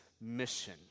mission